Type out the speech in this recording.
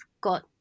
got